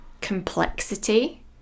complexity